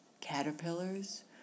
caterpillars